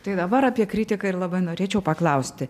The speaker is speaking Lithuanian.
tai dabar apie kritiką ir labai norėčiau paklausti